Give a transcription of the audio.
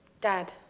Dad